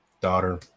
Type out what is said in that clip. daughter